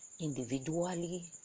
individually